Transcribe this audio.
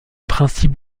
principes